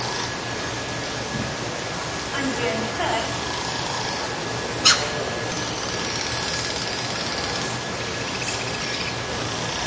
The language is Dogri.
अंजी अंजी थाह्र